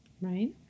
Right